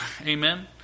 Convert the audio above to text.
Amen